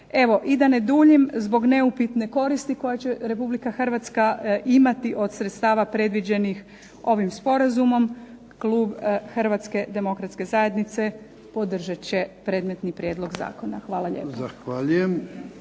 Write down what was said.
Evo i da ne duljim zbog neupitne koristi koja će Republika Hrvatska imati od sredstava predviđenih ovim sporazumom, klub Hrvatske demokratske zajednice podržat će predmetni prijedlog zakona. Hvala lijepa.